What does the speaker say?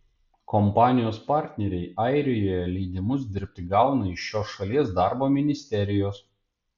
kompanijos partneriai airijoje leidimus dirbti gauna iš šios šalies darbo ministerijos